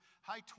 high